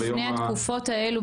אבל לפני התקופות האלה,